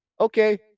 Okay